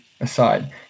aside